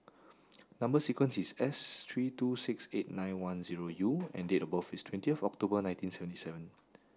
number sequence is S three two six eight nine one zero U and date of birth is twentieth October nineteen seventy seven